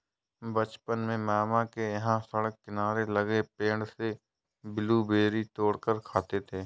बचपन में मामा के यहां सड़क किनारे लगे पेड़ से ब्लूबेरी तोड़ कर खाते थे